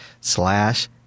slash